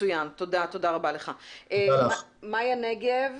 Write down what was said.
מאיה נגב